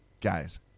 guys